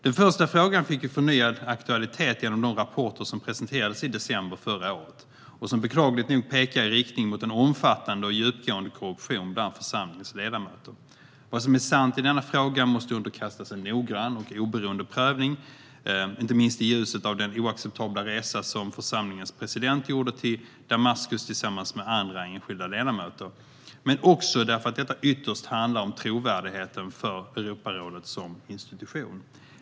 Den första frågan fick förnyad aktualitet genom de rapporter som presenterades i december förra året och som beklagligt nog pekar i riktning mot en omfattande och djupgående korruption bland församlingens ledamöter. Vad som är sant i denna fråga måste underkastas en noggrann och oberoende prövning, inte minst i ljuset av den oacceptabla resa som församlingens president gjorde till Damaskus tillsammans med andra enskilda ledamöter. Dessutom handlar detta ytterst om trovärdigheten för Europarådet som institution.